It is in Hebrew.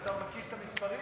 שאתה מקיש את המספרים,